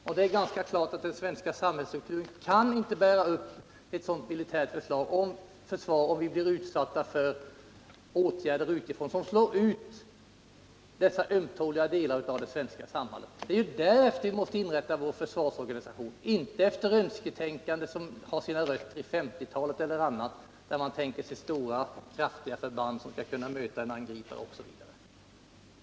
Och det är ganska klart att den svenska samhällsstrukturen inte kan bära upp ett sådant militärt försvar om vi blir utsatta för åtgärder utifrån som slår ut dessa omtåliga delar av det svenska försvaret. Det är efter detta vi måste inrätta vår försvarsorganisation — inte efter ett önsketänkande som har sina rötter i 1950-talet och i annat och där man tänker sig stora, kraftiga förband som skall kunna möta en angripare.